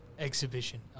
Exhibition